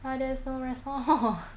why there's no respond